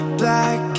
black